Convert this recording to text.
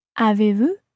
Avez-vous